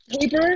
paper